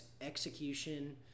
execution